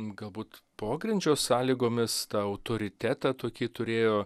galbūt pogrindžio sąlygomis tą autoritetą tokį turėjo